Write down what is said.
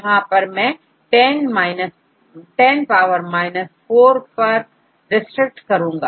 यहां मैं 10 power minus 4 पर रेस्ट्रिक्ट करूंगा